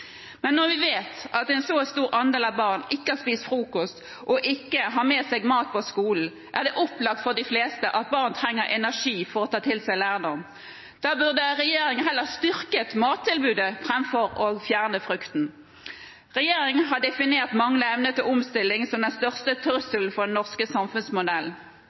Når vi vet at en stor andel av barna ikke spiser frokost og ikke har med seg mat på skolen, og det er opplagt for de fleste at barn trenger energi for å ta til seg lærdom, burde regjeringen heller styrket mattilbudet framfor å fjerne frukten. Regjeringen har definert manglende evne til omstilling som den største trusselen for den norske samfunnsmodellen,